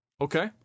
okay